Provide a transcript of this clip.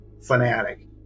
fanatic